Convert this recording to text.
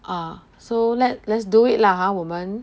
ah so let let's do it lah !huh! 我们